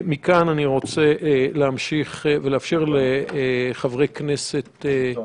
מכאן אני רוצה להמשיך ולאפשר לחברי הכנסת --- סרטון.